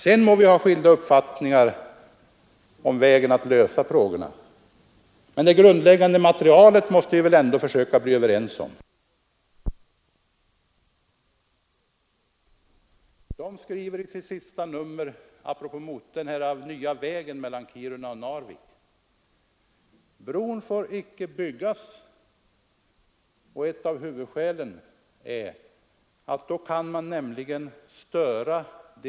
Sedan må vi ha skilda uppfattningar om vägen att lösa frågorna. Men det grundläggande materialet måste vi väl ändå försöka bli överens om. Centern och kommunisterna har alltså lyckats att med sin propaganda sätta i gång en lavin som, om den hade kommit till uttryck i ett land med något osäkrare förhållanden än hos oss, skulle ha kunnat ta mycket allvarliga vändningar. Fru talman! Nog om detta. Låt mig sluta med en liten historia, som på sitt sätt ändå hör ihop med den stora miljödebatten. Den är dessutom rolig. Jag har i min hand fått en tidning som heter LUFS, utgiven av Lunds fältbiologers studentförening, därav namnet. Den skriver i sitt senaste nummer apropå den nya vägen mellan Kiruna och Narvik: Bron får icke byggas.